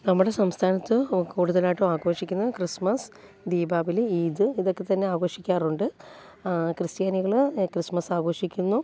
നമ്മുടെ സംസ്ഥാനത്ത് കൂടുതലായിട്ടും ആഘോഷിക്കുന്നത് ക്രിസ്മസ് ദീപാവലി ഈദ് ഇതൊക്കെ തന്നെ ആഘോഷിക്കാറുണ്ട് ക്രിസ്ത്യാനികൾ ക്രിസ്മസ് ആഘോഷിക്കുന്നു